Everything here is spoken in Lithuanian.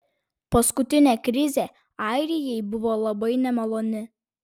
paskutinė krizė airijai buvo labai nemaloni